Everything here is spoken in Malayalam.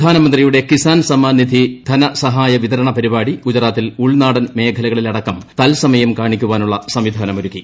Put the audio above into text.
പ്രധാനമന്ത്രിയുടെ കിസാൻ സമ്മാൻ നിധി ധനസഹായ വിതരണ ് പരിപാടി ഗുജറാത്തിൽ ഉൾനാടൻ മേഖലകളിലടക്കം തസ്മയം കാണിക്കാനുള്ള സംവിധാനമൊരുക്കി